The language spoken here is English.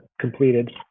completed